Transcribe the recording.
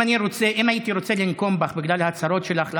אם הייתי רוצה לנקום בך בגלל ההצהרות שלך לאחרונה,